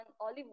olive